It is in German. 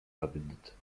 verbindet